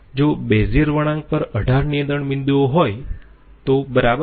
જો બેઝીઅર વળાંક પર 18 નિયંત્રણ બિંદુઓ હોય તો બરાબર